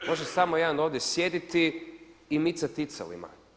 Može samo jedan ovdje sjediti i micati ticalima.